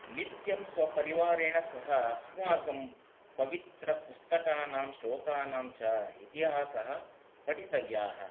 नित्यं स्व परिवारेण सह अस्माकं पवित्र पुस्तकानां श्लोकानां च इतिहासः पठितव्याः